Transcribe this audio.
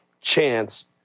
chance